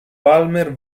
palmer